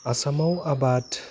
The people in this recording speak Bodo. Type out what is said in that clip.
आसामाव आबाद